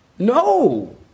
No